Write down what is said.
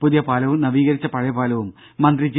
പുതിയ പാലവും നവീകരിച്ച പഴയ പാലവും മന്ത്രി ജി